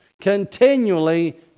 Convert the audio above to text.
Continually